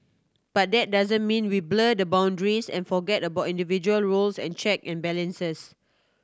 but that doesn't mean we blur the boundaries and forget about individual roles and check and balances